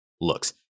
looks